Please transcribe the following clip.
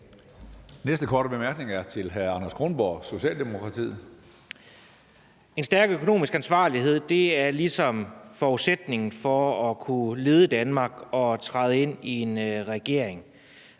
næste korte bemærkning er til hr. Anders Kronborg, Socialdemokratiet. Kl. 13:11 Anders Kronborg (S): En stærk økonomisk ansvarlighed er ligesom forudsætningen for at kunne lede Danmark og træde ind i en regering.